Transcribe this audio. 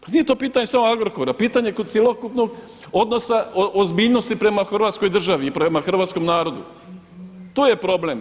Pa nije to pitanje samo Agrokora, pitanje je cjelokupnog odnosa ozbiljnosti prema Hrvatskoj državi i prema hrvatskom narodu, to je problem.